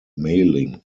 mailing